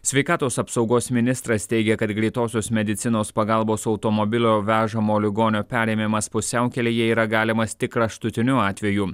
sveikatos apsaugos ministras teigia kad greitosios medicinos pagalbos automobilio vežamo ligonio perėmimas pusiaukelėje yra galimas tik kraštutiniu atveju